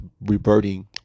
reverting